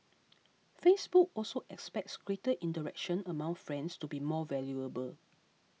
Facebook also expects greater interaction among friends to be more valuable